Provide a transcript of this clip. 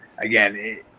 again